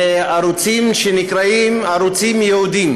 אלה ערוצים שנקראים ערוצים ייעודיים